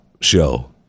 show